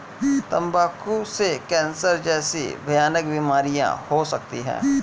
तंबाकू से कैंसर जैसी भयानक बीमारियां हो सकती है